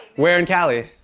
where in cali?